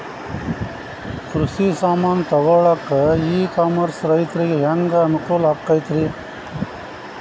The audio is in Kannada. ಕೃಷಿ ಸಾಮಾನ್ ತಗೊಳಕ್ಕ ಇ ಕಾಮರ್ಸ್ ರೈತರಿಗೆ ಹ್ಯಾಂಗ್ ಅನುಕೂಲ ಆಕ್ಕೈತ್ರಿ?